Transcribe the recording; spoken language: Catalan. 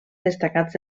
destacats